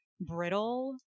brittle